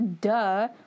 duh